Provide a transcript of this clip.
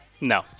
No